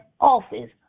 office